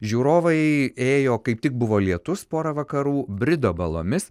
žiūrovai ėjo kaip tik buvo lietus porą vakarų brido balomis